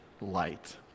light